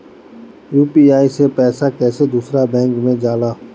UPI से पैसा कैसे दूसरा बैंक मे जाला?